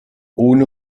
ohne